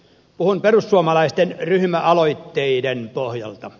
puhun perussuomalaisten ryhmäaloitteiden pohjalta